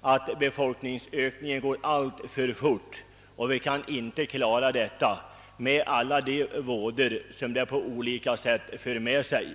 att befolkningsökningen går alltför snabbt och vi kan inte klara alla de vådor som situationen för med sig.